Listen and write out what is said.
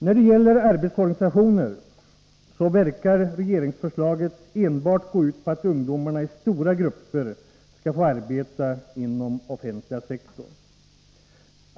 När det gäller arbetsorganisationen verkar regeringsförslaget enbart gå ut på att ungdomarna i stora grupper skall få arbeta inom den offentliga sektorn.